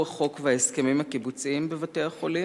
החוק וההסכמים הקיבוציים בבתי-החולים?